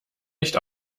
nicht